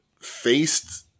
faced